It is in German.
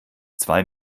zwei